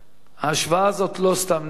ההשוואה הזאת לא סתם נאמרת.